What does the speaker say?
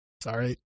sorry